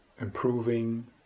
improving